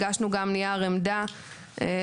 הגשנו גם נייר עמדה לוועדה.